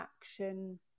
action